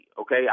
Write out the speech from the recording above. okay